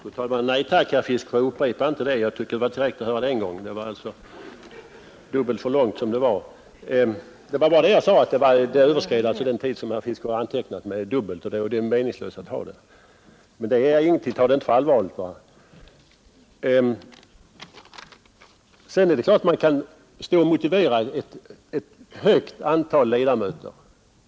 Fru talman! Nej tack, herr Fiskesjö, upprepa det inte — jag tyckte det var tillräckligt att höra det en gång. Det överskred med det dubbla den tid som herr Fiskesjö angivit — det var bara det jag påpekade. Gör man så är det meningslöst att ha uppgifterna om beräknad tid för anförandena. Men ta nu inte detta så allvarligt. Det är klart att man kan motivera ett högt antal ledamöter.